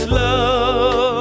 love